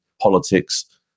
politics